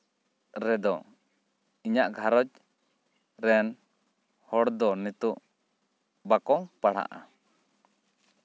ᱨᱮᱫᱚ ᱤᱧᱟᱹᱜ ᱜᱷᱟᱨᱚᱸᱡᱽ ᱨᱮᱱ ᱦᱚᱲ ᱫᱚ ᱱᱤᱛᱚᱜ ᱵᱟᱠᱚ ᱯᱟᱲᱦᱟᱜᱼᱟ